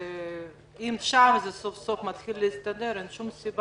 אם שם זה סוף-סוף מתחיל להסתדר אין שום סיבה